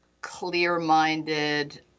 clear-minded